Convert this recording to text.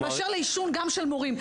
באשר לעישון גם של מורים.